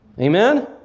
Amen